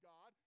God